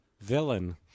villain